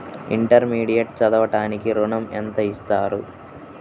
Intermediate చదవడానికి ఋణం ఎంత ఇస్తారు?